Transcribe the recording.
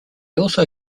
also